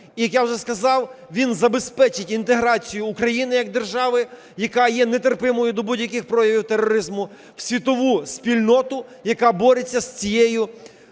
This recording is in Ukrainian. Як я вже сказав, він забезпечить інтеграцію України як держави, яка є нетерпимою до будь-яких проявів тероризму, в світову спільноту, яка бореться з цією